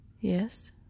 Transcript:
Yes